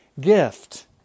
gift